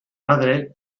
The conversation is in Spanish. madre